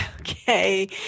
okay